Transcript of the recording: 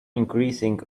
increasing